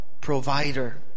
provider